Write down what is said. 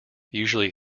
usually